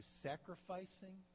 Sacrificing